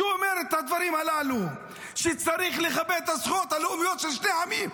שאומרת את הדברים הללו: שצריך לכבד את הזכויות הלאומיות של שני העמים.